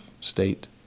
state